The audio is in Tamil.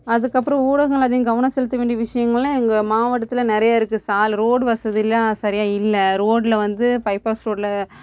அதுக்கப்புறோம் ஊடகங்கள் அதிகம் கவனம் செலுத்தவேண்டிய விஷயங்கள்னா எங்கள் மாவட்டத்தில் நிறைய இருக்குது சால் ரோடு வசதியெல்லாம் சரியாக இல்லை ரோட்டில் வந்து பைப்பாஸ் ரோட்டில்